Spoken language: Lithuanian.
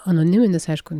anoniminis aišku